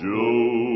Joe